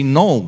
no